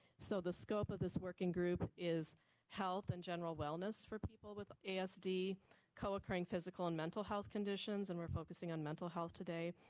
so the scope of this working group is health and general wellness for people with asd, co-occurring physical and mental health conditions and we're focusing on mental health today,